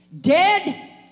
Dead